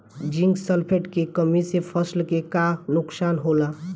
Zinc sulphate के कमी से फसल के का नुकसान होला?